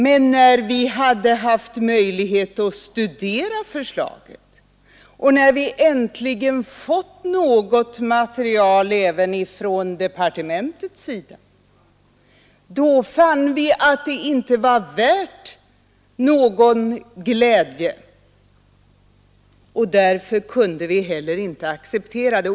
Men när vi äntligen fick ett material från departementet och hade möjlighet att studera förslaget, så fann vi att det inte var värt någon glädje. Därför kunde vi inte heller acceptera det.